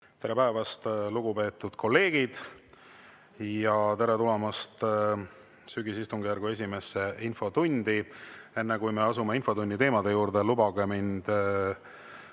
Tere päevast, lugupeetud kolleegid! Tere tulemast sügisistungjärgu esimesse infotundi! Enne kui me asume infotunni teemade juurde, lubage mul